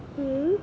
hmm